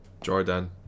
Jordan